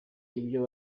ibyo